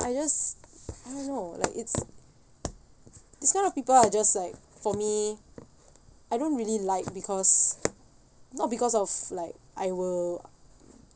I just I don't know like it's this kind of people are just like for me I don't really like because not because of like I will